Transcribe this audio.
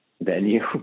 venue